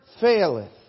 faileth